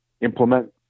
implement